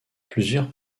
plusieurs